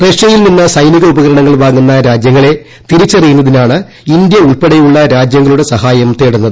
റഷ്യയിൽ നിന്ന് സൈനിക ഉപകരണങ്ങൾ വാങ്ങുന്ന രാജ്യങ്ങളെ തിരിച്ചറിയുന്നതിനാണ് ഇന്ത്യ ഉൾപ്പെടെയുള്ള രാജ്യങ്ങളുടെ സഹായം തേടുന്നത്